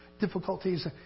difficulties